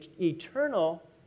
eternal